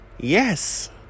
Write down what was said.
Yes